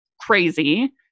Crazy